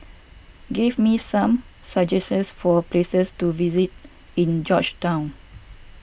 give me some suggestions for places to visit in Georgetown